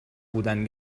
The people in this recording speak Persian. بودن